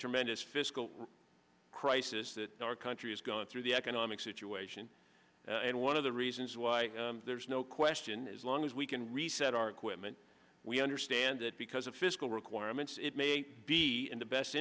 tremendous fiscal crisis that our country is going through the economic situation and one of the reasons why there is no question as long as we can reset our equipment we understand that because of fiscal requirements it may be in the best